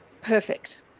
perfect